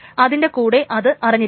അതിൻറെ കൂടെ അത് അറിഞ്ഞിരിക്കണം